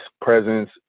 presence